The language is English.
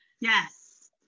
Yes